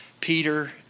Peter